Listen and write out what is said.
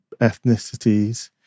ethnicities